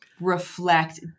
reflect